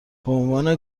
بعنوان